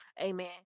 Amen